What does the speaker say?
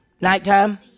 nighttime